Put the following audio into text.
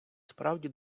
справді